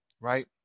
Right